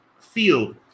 field